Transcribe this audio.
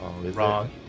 Wrong